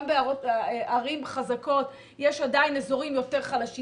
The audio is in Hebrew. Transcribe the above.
גם בערים חזקות יש עדיין אזורים יותר חלשים.